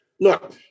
look